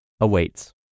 awaits